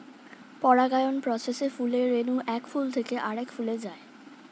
পরাগায়ন প্রসেসে ফুলের রেণু এক ফুল থেকে আরেক ফুলে যায়